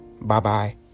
Bye-bye